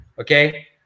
Okay